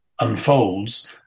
unfolds